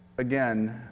again,